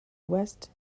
west